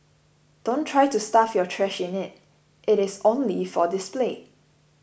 don't try to stuff your trash in it it is only for display